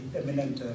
eminent